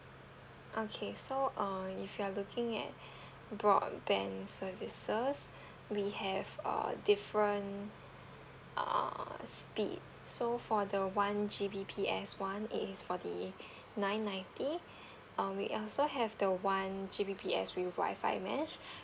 okay so uh if you are looking at broadband services we have a different uh speed so for the one G_B_P_S one it is for the nine ninety um we also have the one G_B_P_S with WIFI mesh